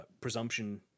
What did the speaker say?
presumption